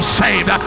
saved